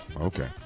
Okay